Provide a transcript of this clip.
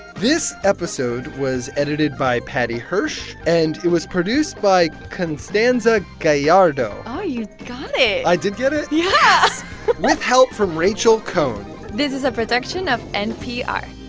this episode was edited by paddy hirsch, and it was produced by constanza gallardo oh, you got it i did get it yeah yes with help from rachel cohn this is a production of npr